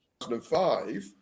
2005